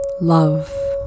Love